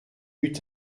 eut